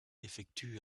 effectue